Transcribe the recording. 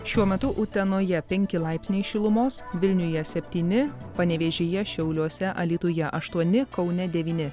šiuo metu utenoje penki laipsniai šilumos vilniuje septyni panevėžyje šiauliuose alytuje aštuoni kaune devyni